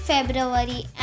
February